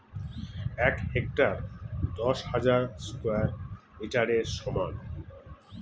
এক হেক্টার দশ হাজার স্কয়ার মিটারের সমান